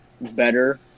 better